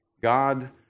God